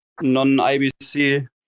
non-IBC